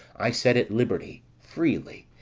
i set at liberty freely,